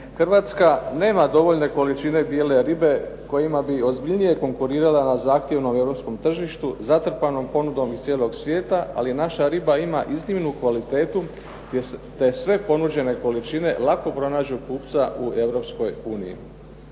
Hrvatska nema dovoljne količine bijele ribe kojima bi ozbiljnije konkurirala na zahtjevnom europskom tržištu, zatrpanom ponudom iz cijelog svijeta, ali naša riba iznimnu kvalitetu, te sve ponuđene količine lako pronađu kupca u